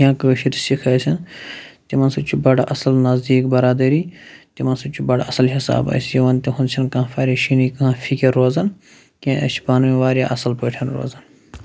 یا کٲشِر سِکھ ٲسن تِمَن سۭتۍ چھُ بَڑٕ اَصٕل نَزدیٖک بَرادٔری تِمَن سۭتۍ چھُ بَڑٕ اَصٕل حِساب اَسہِ یِوان تِہُنٛد چھِنہٕ کانٛہہ پریشٲنی کانٛہہ فِکر روزَان کینٛہہ أسۍ چھِ پانہٕ ؤنۍ واریاہ اَصٕل پٲٹھۍ روزان